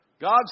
God